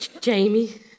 Jamie